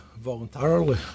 voluntarily